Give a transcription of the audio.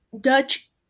dutch